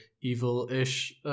evil-ish